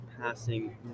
passing